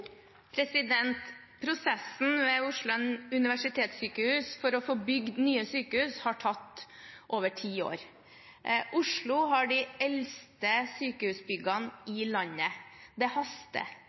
få bygd nye sykehus har tatt over ti år. Oslo har de eldste sykehusbyggene i